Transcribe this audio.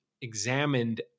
examined